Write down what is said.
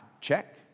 Check